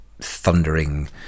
thundering